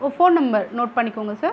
ஓ phone number note பண்ணிக்கோங்க sir